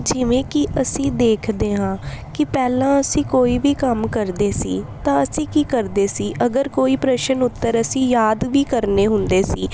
ਜਿਵੇਂ ਕਿ ਅਸੀਂ ਦੇਖਦੇ ਹਾਂ ਕਿ ਪਹਿਲਾਂ ਅਸੀਂ ਕੋਈ ਵੀ ਕੰਮ ਕਰਦੇ ਸੀ ਤਾਂ ਅਸੀਂ ਕੀ ਕਰਦੇ ਸੀ ਅਗਰ ਕੋਈ ਪ੍ਰਸ਼ਨ ਉੱਤਰ ਅਸੀਂ ਯਾਦ ਵੀ ਕਰਨੇ ਹੁੰਦੇ ਸੀ